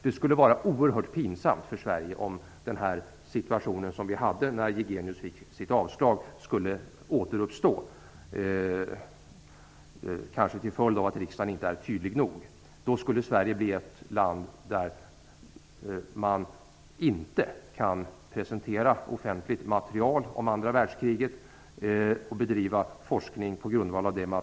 Det skulle vara oerhört pinsamt för Sverige om den situation när Jigenius fick sitt avslag skulle återuppstå, kanske till en följd av att riksdagen inte är tydlig nog. Då skulle Sverige bli ett land där man inte kan presentera offentligt material om andra världskriget och bedriva forskning på grundval av det.